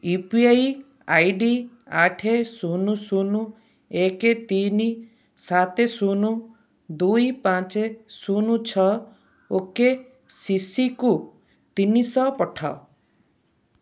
you P I I D ଆଠ ଶୂନ ଶୂନ ଏକେ ତିନି ସାତ ଶୂନ ଦୁଇ ପାଞ୍ଚ ଶୂନ ଛଅ ଓ କେ ସିସିକୁ ତିନିଶହ ପଠାଅ